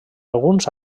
alguns